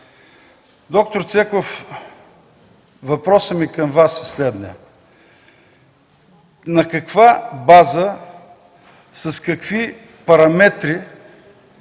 Доктор Цеков, въпросът ми към Вас е следният: на каква база, с какви параметри